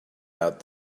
out